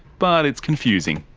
but it's confusing.